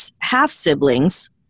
half-siblings